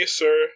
sir